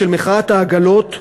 של מחאת העגלות,